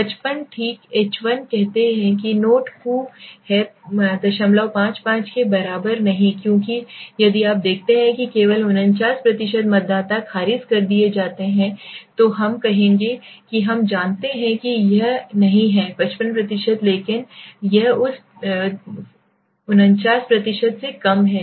55 ठीक H 1 कहते हैं कि नोट पु है 55 के बराबर नहीं क्योंकि यदि आप देखते हैं कि केवल 49 मतदाता खारिज कर दिए जाते हैं तो हम कहेंगे कि हम जानते हैं कि यह नहीं है 55 लेकिन यह उस 49 से कम है